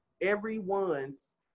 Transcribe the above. Everyone's